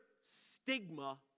stigma